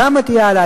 כמה תהיה ההעלאה,